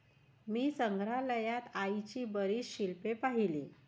मी संग्रहालयात आईची बरीच शिल्पे पाहिली